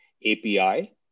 API